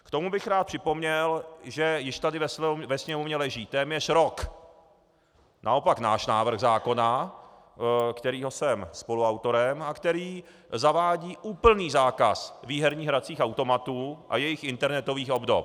K tomu bych rád připomněl, že již tady ve Sněmovně leží téměř rok naopak náš návrh zákona, kterého jsem spoluautorem a který zavádí úplný zákaz výherních hracích automatů a jejich internetových obdob.